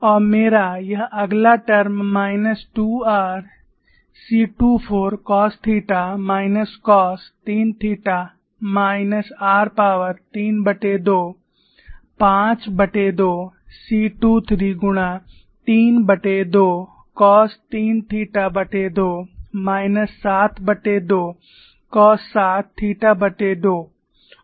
और मेरा यह अगला term minus 2 r c24 cos theta minus cos 3 theta minus r power 32 52 c23 गुणा 32 कॉस 3 थीटा2 माइनस 72 कॉस 7 थीटा2